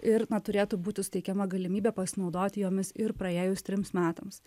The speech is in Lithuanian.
ir na turėtų būti suteikiama galimybė pasinaudoti jomis ir praėjus trims metams